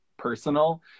personal